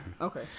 okay